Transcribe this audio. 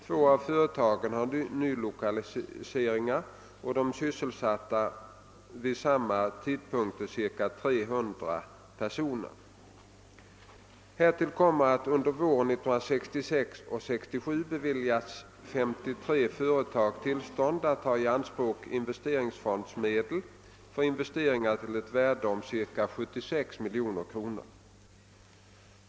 Två av företagen var nylokaliseringar och de sysselsatte vid samma tidpunkt cirka 300 personer. Härtill kommer att under åren 1966 och 1967 beviljades 53 företag tillstånd att ta i anspråk investeringsfondsmedel för investeringar till ett värde om cirka 76 miljoner kronor.